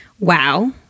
Wow